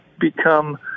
become